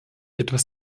etwas